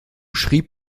schrieb